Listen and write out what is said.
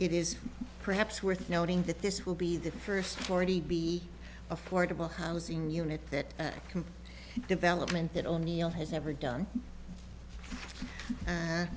it is perhaps worth noting that this will be the first already be affordable housing unit that development that o'neill has never done